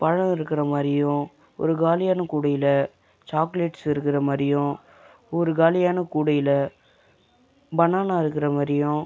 பழம் இருக்கிற மாதிரியும் ஒரு காலியான கூடையில் சாக்லேட்ஸ் இருக்கிற மாதிரியும் ஒரு காலியான கூடையில் பனானா இருக்கிற மாதிரியும்